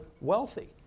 wealthy